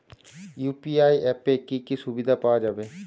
UPI অ্যাপে কি কি সুবিধা পাওয়া যাবে?